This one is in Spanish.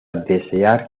desear